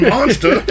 Monster